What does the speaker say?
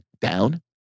down